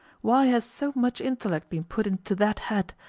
why has so much intellect been put into that head,